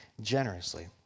generously